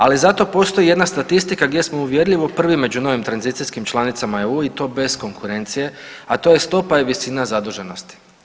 Ali zato postoji jedna statistika gdje smo uvjerljivo prvi među novim tranzicijskim članicama EU i to bez konkurencije, a to je stopa i visina zaduženosti.